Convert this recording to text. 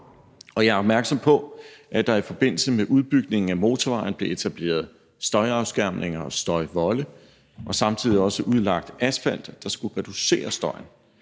jeg er opmærksom på, at der i forbindelse med udbygningen af motorvejen blev etableret støjafskærmninger og støjvolde og samtidig også udlagt asfalt, der skulle reducere støjen.